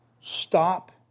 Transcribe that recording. stop